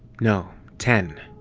no, ten.